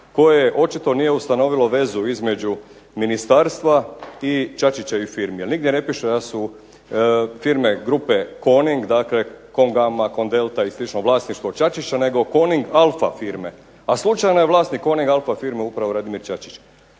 koje očito nije ustanovilo vezu između ministarstva i Čačićevih firmi. Ali nigdje ne piše da su firme, grupe Coning, dakle Con gama, Con delta i slično vlasništvo Čačića, nego Coning alfa firme. A slučajno je vlasnik coning alfa firme upravo Radimir Čačić.